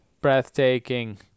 Breathtaking